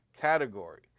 category